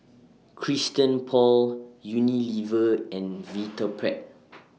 Christian Paul Unilever and Vitapet